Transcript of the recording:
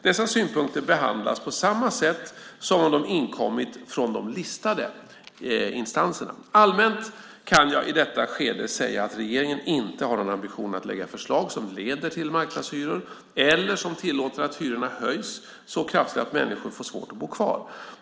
Dessa synpunkter behandlas på samma sätt som de som inkommer från de listade instanserna. Allmänt kan jag i detta skede säga att regeringen inte har någon ambition att lägga fram förslag som leder till marknadshyror eller som tillåter att hyrorna höjs så kraftigt att människor får svårt att bo kvar.